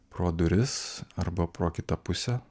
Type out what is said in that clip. pro duris arba pro kitą pusę